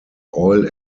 oil